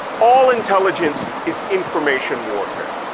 all intelligence is information warfare.